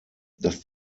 dass